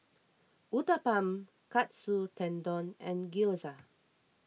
Uthapam Katsu Tendon and Gyoza